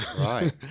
Right